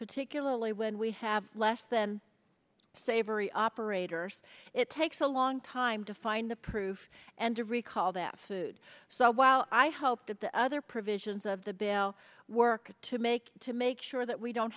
particularly when we have less than savory operators it takes a long time to find the proof and to recall that food so while i hope that the other provisions of the bill work to make to make sure that we don't